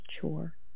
chore